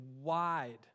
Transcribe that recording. wide